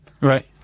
Right